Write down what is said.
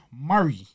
Murray